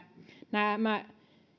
nämä